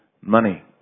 money